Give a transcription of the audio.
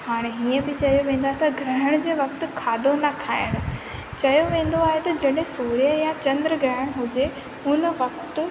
हाणे ईअं बि चयो वेंदो आहे त ग्रहण जे वक़्ति खाधो न खाइणु चयो वेंदो आहे त जॾहिं सूर्य यां चंद्र ग्रहण हुजे हुन वक़्ति